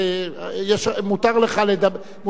מותר לך היום,